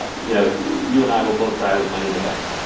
but you know you and i will both die with money in the bank.